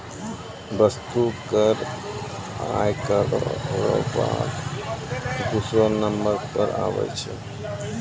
वस्तु कर आय करौ र बाद दूसरौ नंबर पर आबै छै